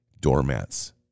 doormats